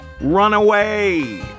Runaway